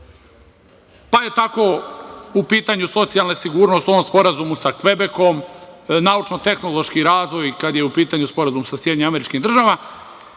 Pa je tako u pitanju socijalna sigurnost u ovom sporazumu sa Kvebekom, naučno-tehnološki razvoj kada je u pitanju sporazum sa SAD i zaštita bilja